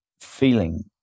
feeling